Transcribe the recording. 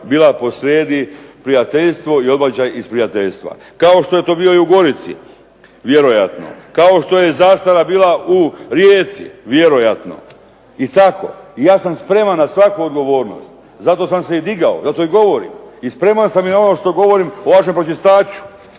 bila posrijedi prijateljstvo i odbačaj iz prijateljstva. Kao što je to bilo i u Gorici vjerojatno, kao što je zastara bila u Rijeci vjerojatno. I tako i ja sam spreman na svaku odgovornost zato sam se i digao, zato i govorim. I spreman sam i na ono što govorim o vašem pročistaču,